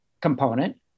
component